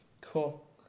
Cool